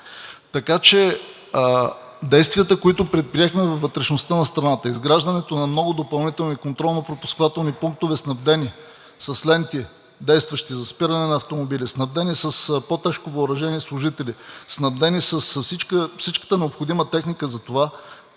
Така че действията, които предприехме във вътрешността на страната: изграждането на много допълнителни контролно пропускателни пунктове, снабдени с ленти, действащи за спиране на автомобили, снабдени с по-тежко въоръжение служители, снабдени с всичката необходима техника за това,